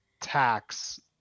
tax